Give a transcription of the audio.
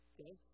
Okay